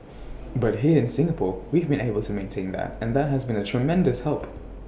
but here in Singapore we've been able to maintain that and that has been A tremendous help